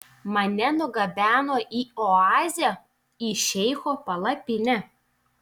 mane nugabeno į oazę į šeicho palapinę